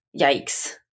Yikes